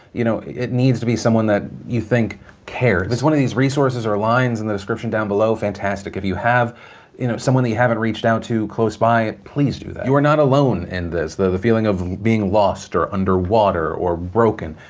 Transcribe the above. you know, it needs to be someone that you think cares. if it's one of these resources or lines in the description down below, fantastic. if you have you know someone that you haven't reached out to close by, please do that. you are not alone in this. the feeling of being lost or underwater or broken,